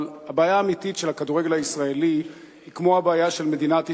אבל הבעיה האמיתית של הכדורגל הישראלי היא כמו הבעיה של מדינת ישראל: